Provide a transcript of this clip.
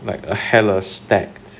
like a hella stack